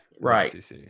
Right